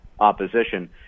opposition